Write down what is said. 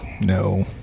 No